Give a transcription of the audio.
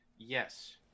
Yes